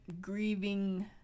grieving